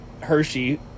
Hershey